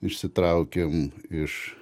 išsitraukėm iš